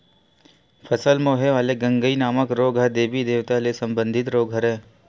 फसल म होय वाले गंगई नामक रोग ह देबी देवता ले संबंधित रोग हरय